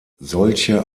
solche